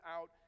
out